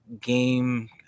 game